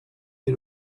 you